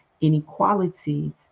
inequality